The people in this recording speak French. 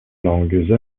langues